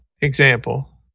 example